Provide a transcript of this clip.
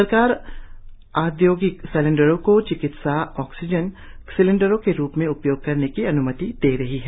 सरकार औद्योगिक सिलेंडरों को चिकित्सा ऑक्सीजन सिलिंडरों के रूप में उपयोग करने की अन्मति दे रही है